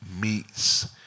meets